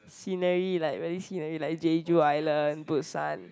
scenery like very scenery like jeju Island busan